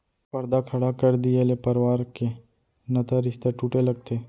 परदा खड़ा कर दिये ले परवार के नता रिस्ता टूटे लगथे